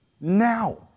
Now